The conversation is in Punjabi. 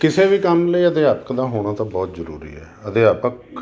ਕਿਸੇ ਵੀ ਕੰਮ ਲਈ ਅਧਿਆਪਕ ਦਾ ਹੋਣਾ ਤਾਂ ਬਹੁਤ ਜ਼ਰੂਰੀ ਹੈ ਅਧਿਆਪਕ